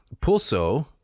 pulso